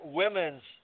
women's